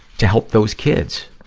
to help those kids.